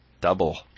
double